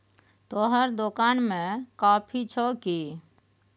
तोहर दोकान मे कॉफी छह कि?